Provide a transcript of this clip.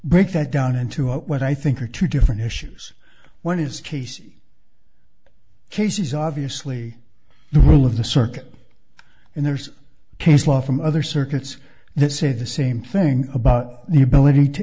break that down into what i think are two different issues one is case cases obviously the rule of the circuit and there's case law from other circuits this is the same thing about the ability to